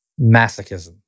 Masochism